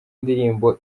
indirimbo